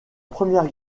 première